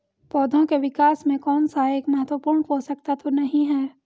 पौधों के विकास में कौन सा एक महत्वपूर्ण पोषक तत्व नहीं है?